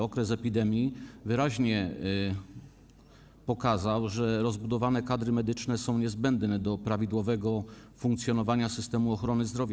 Okres epidemii wyraźnie pokazał, że rozbudowane kadry medyczne są niezbędne do prawidłowego funkcjonowania systemu ochrony zdrowia.